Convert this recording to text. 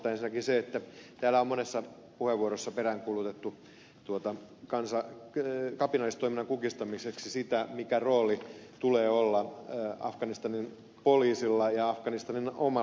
ensinnäkin se että täällä on monessa puheenvuorossa peräänkuulutettu kapinallistoiminnan kukistamiseksi sitä mikä rooli tulee olla afganistanin poliisilla ja afganistanin omalla armeijalla